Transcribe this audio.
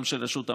גם של רשות המים,